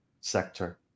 sector